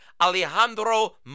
Alejandro